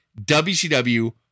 WCW